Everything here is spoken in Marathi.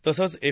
तसंच एफ